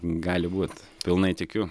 gali būt pilnai tikiu